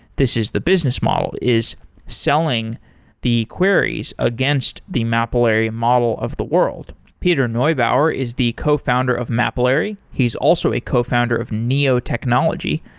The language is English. this is the business model, is selling the queries against the mapillary model of the world. peter neubauer is the cofounder of mapillary. he's also a cofounder of neo technology,